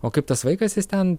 o kaip tas vaikas jis ten